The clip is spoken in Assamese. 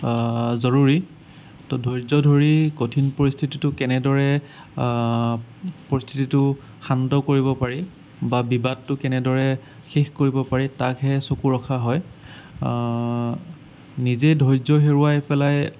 জৰুৰী ত' ধৈৰ্য ধৰি কঠিন পৰিস্থিতিটো কেনেদৰে পৰিস্থিতিটো শান্ত কৰিব পাৰি বা বিবাদটো কেনেদৰে শেষ কৰিব পাৰি তাকহে চকু ৰখা হয় নিজেই ধৈৰ্য হেৰুৱাই পেলাই